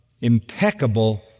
impeccable